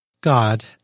God